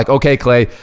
like okay, clay,